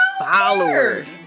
followers